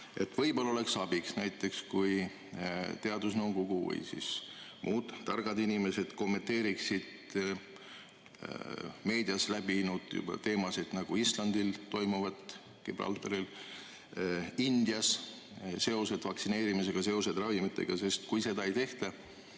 Võib-olla oleks abiks näiteks, kui teadusnõukoda või muud targad inimesed kommenteeriksid meediast läbikäinud teemasid, nagu Islandil toimuvat, Gibraltaril, Indias toimuvat seoses vaktsineerimisega, seoses ravimitega. Kui seda ei tehta,